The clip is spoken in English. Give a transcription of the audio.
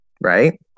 right